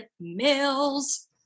Mills